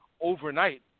overnight